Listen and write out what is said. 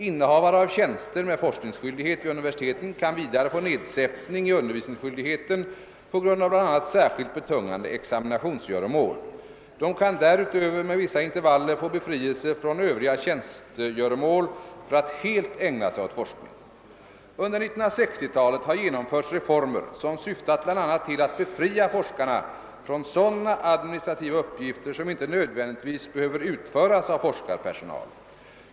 Innehavare av tjänster med forskningsskyldighet vid universiteten kan vidare få nedsättning i undervisningsskyldigheten på grund av bla. särskilt betungande examinationsgöromål. De kan därutöver med vissa intervaller få befrielse från övriga tjänstegöromål för att helt ägna sig åt forskning. Under 1960-talet har genomförts reformer som syftat bl.a. till att befria forskarna från sådana administrativa uppgifter som inte nödvändigtvis behöver utföras av forskarpersonal.